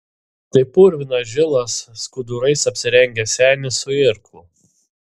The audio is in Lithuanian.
tai purvinas žilas skudurais apsirengęs senis su irklu